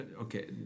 Okay